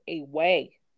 away